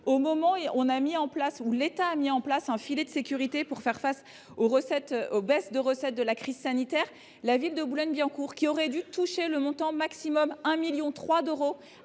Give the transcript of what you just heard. Au moment où l’État a mis en place un filet de sécurité pour faire face aux baisses de recettes induites par la crise sanitaire, la ville de Boulogne Billancourt, qui aurait dû toucher le montant maximum – soit 1,3 million d’euros